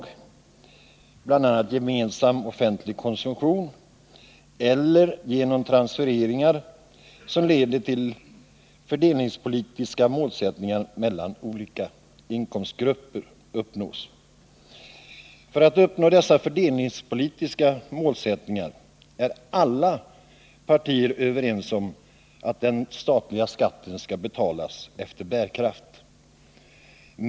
Det gäller bl.a. gemensam offentlig konsumtion och utgifter genom transfereringar som leder till att fördelningspolitiska målsättningar mellan olika inkomstgrupper uppnås. För att uppnå dessa fördelningspolitiska målsättningar är alla partier överens om att den statliga skatten skall betalas efter bärkraft.